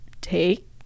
take